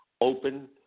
open